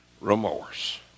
remorse